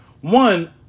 One